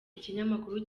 ikinyamakuru